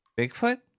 Bigfoot